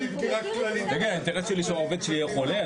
באמת, האינטרס שלי הוא שהעובד שלי יהיה חולה?